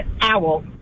owl